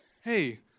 hey